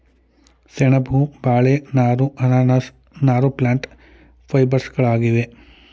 ಸೆಣಬು, ಬಾಳೆ ನಾರು, ಅನಾನಸ್ ನಾರು ಪ್ಲ್ಯಾಂಟ್ ಫೈಬರ್ಸ್ಗಳಾಗಿವೆ